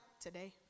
today